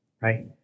right